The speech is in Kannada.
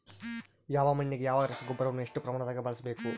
ಯಾವ ಮಣ್ಣಿಗೆ ಯಾವ ರಸಗೊಬ್ಬರವನ್ನು ಎಷ್ಟು ಪ್ರಮಾಣದಾಗ ಬಳಸ್ಬೇಕು?